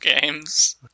games